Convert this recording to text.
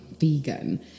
vegan